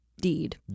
Deed